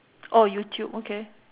orh youtube okay